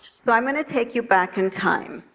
so i mean to take you back in time,